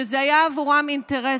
שזה היה בעבורם אינטרס,